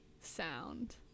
sound